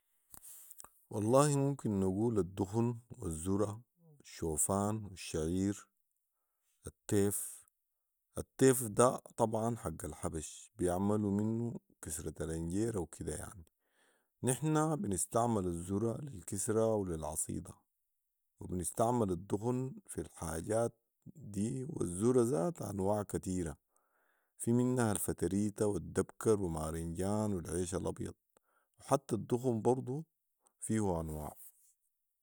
والله ممكن نقول الدخن و الزره والشوفان و الشعير ،التيف التيف ده طبعا حق الحبش بيعملوا منه كسرة الانجيره وكده يعني، نحن بنستعمل الزره للكسره وللعصيده وبنستعمل الدخن في الحاجات دي والزره زاتها انواع كتيره ،في منها الفتريته والدبكر ومارنجان والعيش الابيض وحتي الدخن برضو فيه انواع